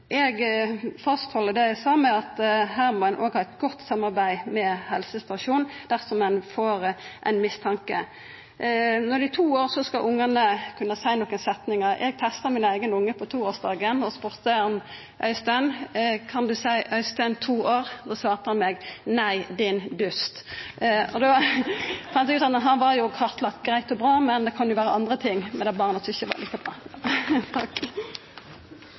Eg held fast ved det eg sa, at her må ein òg ha eit godt samarbeid med helsestasjonen dersom ein får ein mistanke. Når ungane er to år, skal dei kunna seia nokre setningar. Eg testa min eigen unge på toårsdagen og spurde: Øystein, kan du seia Øystein to år? Da svara han meg: Nei, din dust. Da fann eg ut at han jo var kartlagd greitt og bra, men det kan jo vera andre ting med det barnet som ikkje var like